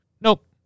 Nope